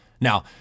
Now